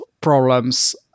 problems